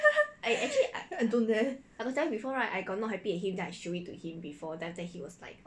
I don't dare